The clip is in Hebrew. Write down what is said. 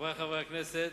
חברי חברי הכנסת,